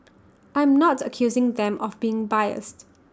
I'm not accusing them of being biased